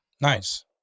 nice